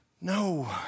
No